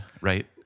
right